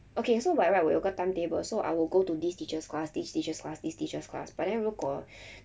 okay so 我 right 我有个 timetable so I will go to this teacher's class this teacher's class this teacher's class but then 如果